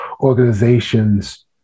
organizations